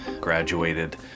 graduated